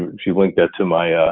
um she linked that to my ah